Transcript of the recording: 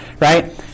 right